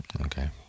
Okay